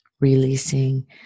releasing